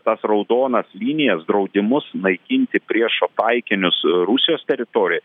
tas raudonas linijas draudimus naikinti priešo taikinius rusijos teritorijoj